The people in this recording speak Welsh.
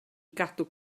gadw